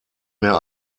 mehr